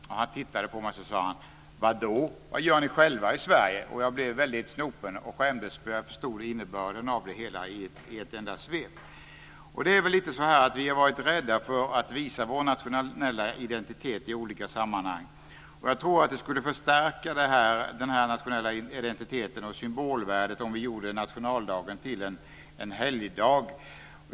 Han tittade på mig och sade: Vad gör ni själva i Sverige? Jag blev väldigt snopen och skämdes, för jag förstod innebörden av det hela i ett enda svep. Det är väl så att vi har varit rädda för att visa vår nationella identitet i olika sammanhang. Jag tror att det skulle förstärka den nationella identiteten och symbolvärdet om vi gjorde nationaldagen till en helgdag.